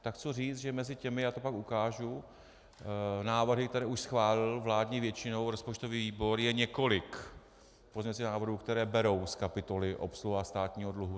Tak co říct, že mezi těmi já to pak ukážu návrhy, které už schválil vládní většinou rozpočtový výbor, je několik pozměňovacích návrhů, které berou z kapitoly obsluha státního dluhu.